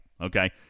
okay